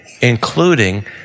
including